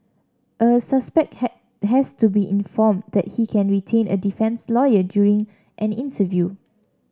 a suspect has to be informed that he can retain a defence lawyer during an interview